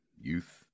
Youth